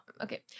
Okay